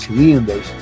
lindas